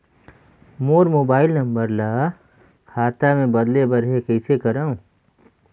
मोर mobile number ल खाता मे बदले बर हे कइसे करव?